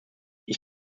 ich